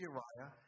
Uriah